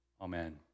Amen